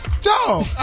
dog